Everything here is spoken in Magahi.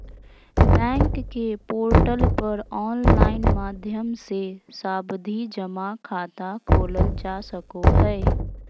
बैंक के पोर्टल पर ऑनलाइन माध्यम से सावधि जमा खाता खोलल जा सको हय